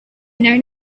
known